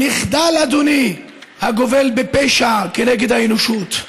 מחדל, אדוני, הגובל בפשע כנגד האנושות.